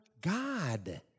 God